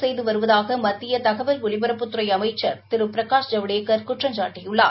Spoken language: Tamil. செய்து வருவதாக மத்திய தகவல் ஒலிபரப்புத்துறை அமைச்சா் திரு பிரனஷ் ஜவடேக்கா் குற்றம்சாட்டியுள்ளார்